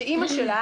שאימא שלה,